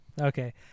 Okay